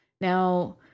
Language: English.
Now